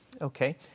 Okay